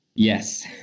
Yes